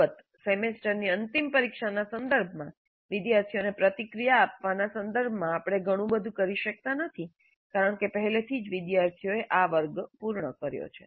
અલબત્ત સેમેસ્ટરની અંતિમ પરીક્ષાના સંદર્ભમાં વિદ્યાર્થીઓને પ્રતિક્રિયા આપવાના સંદર્ભમાં આપણે ઘણું બધું કરી શકતા નથી કારણ કે પહેલાથી જ વિદ્યાર્થીઓએ આ વર્ગ પૂર્ણ કર્યો છે